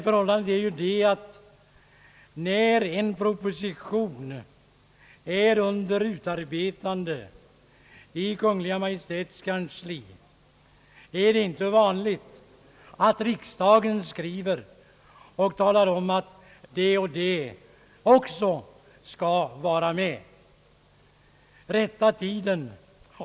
Förhållandet är emellertid det att när en proposition är under utarbetande i Kungl. Maj:ts kansli, så är det inte vanligt att riksdagen skriver och talar om att den och den saken också skall medtagas i propositionen.